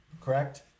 Correct